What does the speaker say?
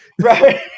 Right